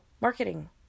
marketing